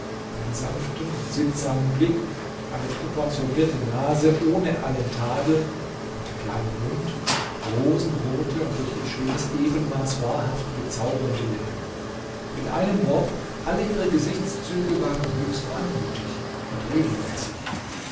einen sanften und sittsamen blick eine proportionierte nase ohne allen tadel einen kleinen mund rosenrote und durch ihr schönes ebenmaß wahrhaft bezaubernde lippen mit einem wort alle ihre gesichtszüge waren höchst anmutig und regelmäßig